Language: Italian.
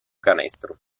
canestro